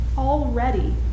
Already